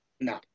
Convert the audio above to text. No